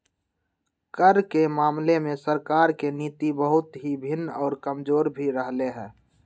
कर के मामले में सरकार के नीति बहुत ही भिन्न और कमजोर भी रहले है